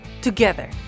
together